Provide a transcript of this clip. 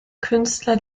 künstler